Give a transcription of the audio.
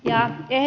ja ne